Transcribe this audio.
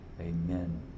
Amen